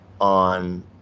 on